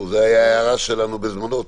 תהיה גישה למידע שהתקבל לפי סימן זה